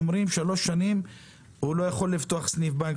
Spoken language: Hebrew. אומרים שבמשך שלוש שנים הוא לא יכול לפתוח חשבון בנק,